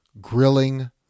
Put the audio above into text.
grilling